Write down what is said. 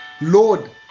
Lord